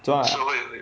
so I